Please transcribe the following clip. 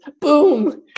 Boom